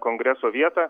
kongreso vietą